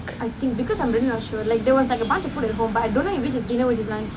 I think because I'm twenty I'm sure like there was like a bunch of food at home I don't like you which is dinner was decline